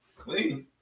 Clean